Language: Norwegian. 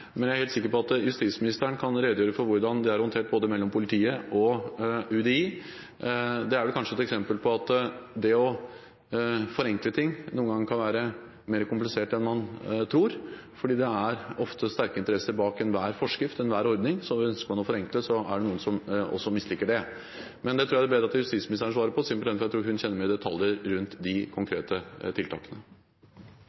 men jeg er helt sikker på at justisministeren kan redegjøre for hvordan det er håndtert både i politiet og UDI. Det er vel kanskje et eksempel på at det å forenkle ting noen ganger kan være mer komplisert enn man tror, fordi det ofte er sterke interesser bak enhver forskrift, enhver ordning. Ønsker man å forenkle, er det noen som også misliker det. Men jeg tror det er bedre at justisministeren svarer på det, simpelthen fordi jeg tror hun kjenner detaljene rundt de